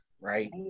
right